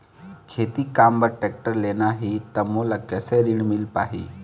खेती काम बर टेक्टर लेना ही त मोला कैसे ऋण मिल पाही?